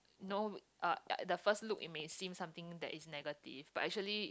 no uh uh the first look it may seem something that is negative but actually